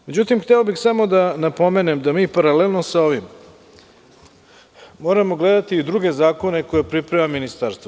Međutim, hteo bih samo da napomenem da mi paralelno sa ovim moramo gledati i druge zakone koje priprema Ministarstvo.